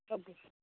ସବୁ